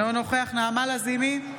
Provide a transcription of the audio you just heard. אינו נוכח נעמה לזימי,